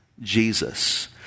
Jesus